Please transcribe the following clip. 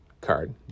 card